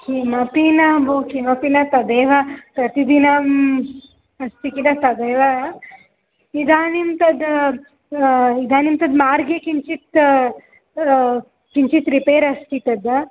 किमपि न भो किमपि न तदेव प्रतिदिनम् अस्ति किल तदेव इदानीं तद् इदानीं तद् मार्गे किञ्चित् किञ्चित् रिपेर् अस्ति तद्